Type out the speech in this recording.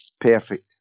Perfect